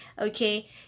okay